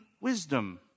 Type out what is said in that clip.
wisdom